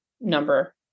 number